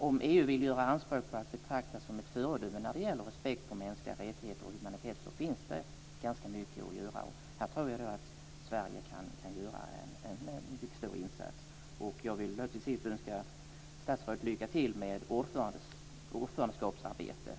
Om EU vill göra anspråk på att betraktas som ett föredöme när det gäller respekt för mänskliga rättigheter och humanitet finns det ganska mycket att göra. Här tror jag att Sverige kan göra en mycket stor insats. Jag vill till sist önska statsrådet lycka till med ordförandeskapsarbetet och tackar för debatten.